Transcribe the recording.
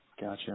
Gotcha